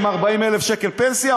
עם 40,000 שקל פנסיה,